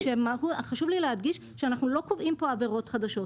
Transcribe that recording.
חשוב לי להדגיש שאנחנו לא קובעים פה עבירות חדשות.